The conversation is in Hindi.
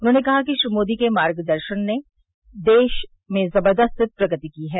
उन्होंने कहा कि श्री मोदी के मार्गदर्शन में देश ने जबरदस्त प्रगति की है